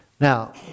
Now